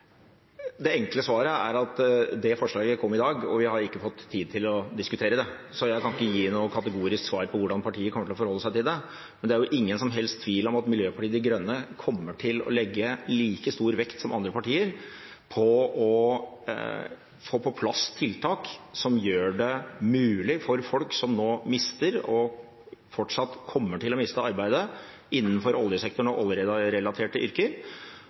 Det enkle svaret er at det forslaget kom i dag, og vi har ikke fått tid til å diskutere det. Så jeg kan ikke gi noe kategorisk svar på hvordan partiet kommer til å forholde seg til det. Men det er ingen som helst tvil om at Miljøpartiet De Grønne kommer til å legge like stor vekt som andre partier på å få på plass tiltak som gjør det mulig for folk som nå mister, og fortsatt kommer til å miste, arbeidet innenfor oljesektoren og oljerelaterte yrker,